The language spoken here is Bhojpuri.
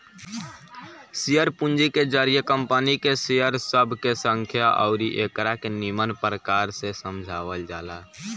शेयर पूंजी के जरिए कंपनी के शेयर सब के संख्या अउरी एकरा के निमन प्रकार से समझावल जाला